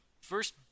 first